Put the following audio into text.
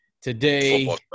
Today